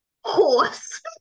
horse